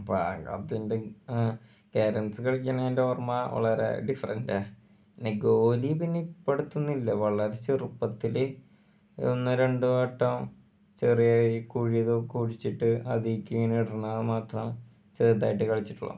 carroms കളിക്കുന്നതിൻ്റെ ഓർമ്മ വളരെ ഡിഫറൻറ്റാണ് പിന്നെ ഗോലി പിന്നെ ഇപ്പടുത്തുന്നുമില്ല വളരെ ചെറുപ്പത്തിൽ ഒന്നോ രണ്ടോ വട്ടം ചെറിയ ഈ കുഴികൾ കുഴിച്ചിട്ട് അതിലേക്ക് ഇങ്ങനെ ഇടുന്ന മാത്രം ചെറുതായിട്ട് കളിച്ചിട്ടുള്ളു